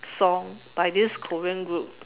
song by this Korean group